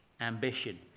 ambition